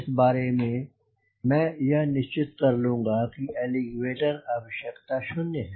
इस बारे में मैं यह निश्चित कर लूँगा कि एलीवेटर आवश्यकता शून्य है